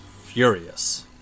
furious